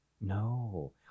No